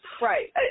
Right